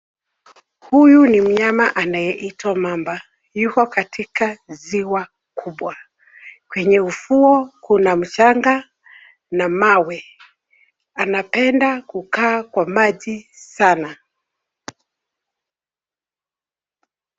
Huyu ni mnyama anayeitwa mamba. Yuko katika ziwa kubwa. Kwenye ufuo kuna mchanga na mawe. Anapenda kukaa kwa maji sana.